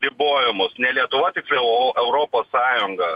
ribojamus ne lietuva tiksliau o europos sąjunga